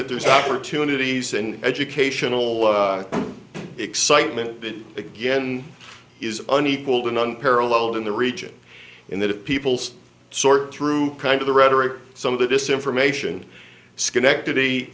that there's opportunities and educational excitement that again is unequalled in unparalleled in the region in that of people's sort through kind of the rhetoric some of this information schenectady